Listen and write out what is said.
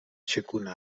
چگونه